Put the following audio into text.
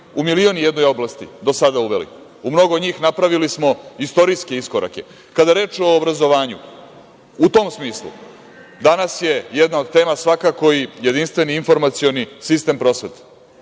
u milion i jednoj oblasti do sada uveli, u mnogo njih napravili smo istorijske iskorake. Kada je reč o obrazovanju, u tom smislu, danas je jedna od tema svakako i jedinstveni informacioni sistem prosvete,